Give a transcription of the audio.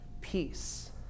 Peace